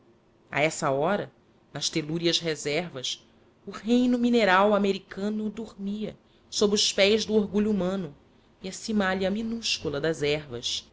a essa hora nas telúrias reservas o reino mineral americano dormia sob os pés do orgulho humano e a cimalha minúscula das ervas